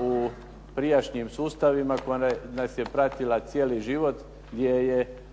u prijašnjim sustavima, koja nas je pratila cijeli život gdje je